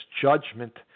judgment